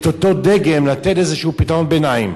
את אותו דגם לתת איזשהו פתרון ביניים.